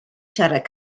siarad